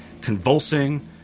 Convulsing